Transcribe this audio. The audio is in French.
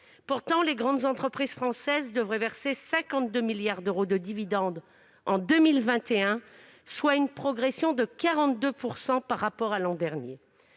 Pourtant, les grandes entreprises françaises devraient verser 52 milliards d'euros de dividendes en 2021, soit une progression de 42 % par rapport à l'an dernier.